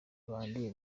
bandi